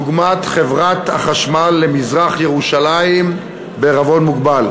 דוגמת חברת החשמל למזרח-ירושלים בע"מ.